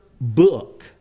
book